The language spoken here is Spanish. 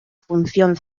función